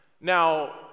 Now